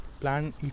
Plan